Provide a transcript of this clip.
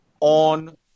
on